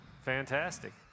Fantastic